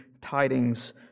tidings